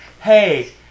hey